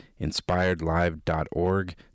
inspiredlive.org